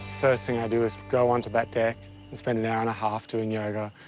first thing i do is go onto that deck and spend an hour and a half doing yoga.